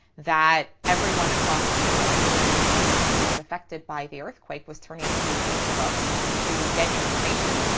that everyone across the pacific rim region that was affected by the earthquake was turning to facebook to get information,